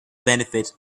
benefit